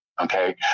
okay